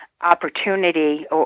opportunity